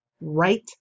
right